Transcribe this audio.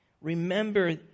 Remember